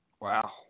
Wow